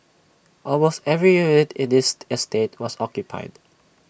almost every unit in this estate was occupied